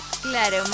Claro